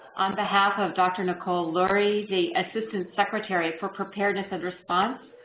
on behalf of dr. nicole lurie, the assistant secretary for preparedness and response,